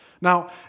Now